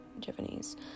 Japanese